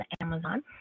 Amazon